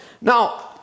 Now